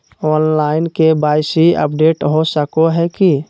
Online KYC update हो सको है की?